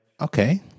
okay